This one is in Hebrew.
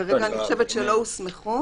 כרגע אני חושבת שלא הוסמכו.